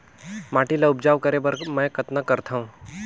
माटी ल उपजाऊ करे बर मै कतना करथव?